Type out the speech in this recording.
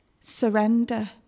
surrender